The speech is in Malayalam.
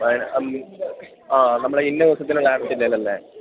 ആ നമ്മുടെ ഇന്ന ദിവസത്തിനുള്ള ആവശ്യത്തിൻറ്റേനല്ലേ